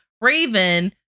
raven